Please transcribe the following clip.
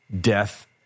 death